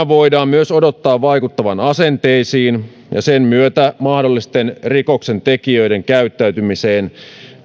voidaan myös odottaa vaikuttavan asenteisiin ja sen myötä mahdollisten rikoksentekijöiden käyttäytymiseen